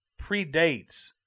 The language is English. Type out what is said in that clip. predates